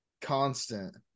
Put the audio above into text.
constant